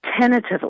tentatively